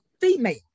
female